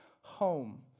home